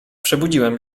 przebudziłem